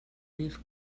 leaf